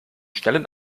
schnellen